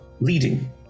leading